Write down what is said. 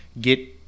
get